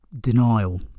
denial